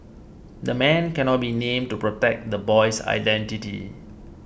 the man cannot be named to protect the boy's identity